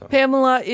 Pamela